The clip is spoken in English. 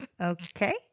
Okay